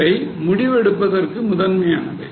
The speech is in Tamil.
இவை முடிவு எடுப்பதற்கு முதன்மையானவை